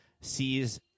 sees